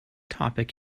topic